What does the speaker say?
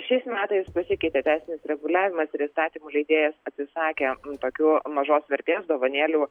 šiais metais pasikeitė teisinis reguliavimas ir įstatymų leidėjas atsisakė tokių mažos vertės dovanėlių